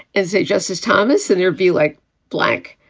is it justice thomas, in your view, like black?